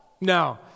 No